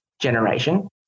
generation